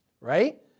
right